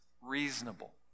reasonable